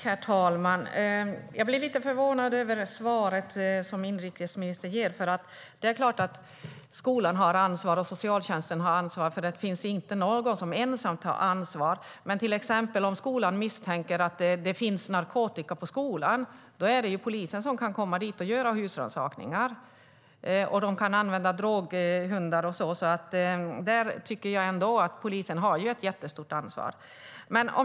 Herr talman! Jag blir lite förvånad över det svar som inrikesministern ger. Det är klart att skolan och socialtjänsten har ansvar. Det finns inte någon som ensam har ansvar. Men om man i skolan till exempel misstänker att det finns narkotika där är det polisen som kan komma dit och göra husrannsakan. De kan använda droghundar och så vidare. Jag tycker att polisen har ett jättestort ansvar.